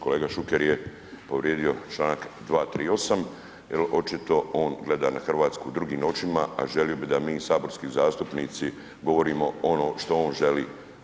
Kolega Šuker je povrijedio članak 238. jer očito on gleda na Hrvatsku drugim očima a želio bi da mi saborski zastupnici govorimo ono što on želi.